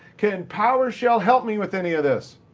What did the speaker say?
can powershell help me with any of this?